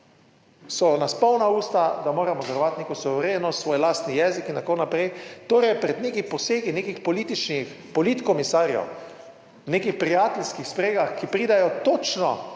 so nas polna usta, da moramo varovati neko suverenost, svoj lasten jezik in tako naprej torej pred nekimi posegi nekih političnih politkomisarjev v nekih prijateljskih spregah, ki pridejo točno